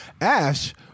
Ash